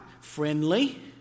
friendly